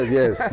yes